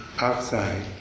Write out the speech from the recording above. outside